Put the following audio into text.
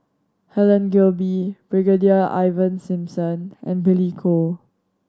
Helen Gilbey Brigadier Ivan Simson and Billy Koh